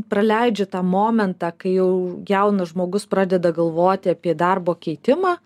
praleidžia tą momentą kai jau jaunas žmogus pradeda galvoti apie darbo keitimą